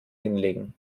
hinlegen